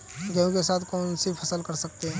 गेहूँ के साथ कौनसी फसल कर सकते हैं?